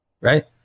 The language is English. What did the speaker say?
right